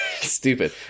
stupid